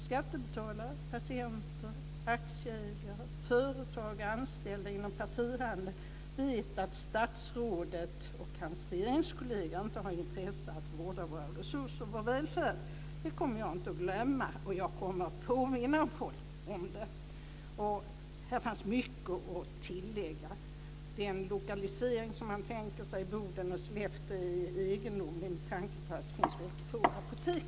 Skattebetalare, patienter, aktieägare, företagare och anställda inom partihandeln vet att statsrådet och hans regeringskolleger inte har intresse av att vårda våra resurser och vår välfärd. Det kommer jag inte att glömma, och jag kommer att påminna folk om det. Här fanns mycket att tillägga. Den lokalisering man tänker sig, Boden och Sollefteå, är egendomlig med tanke på att där finns få apotek.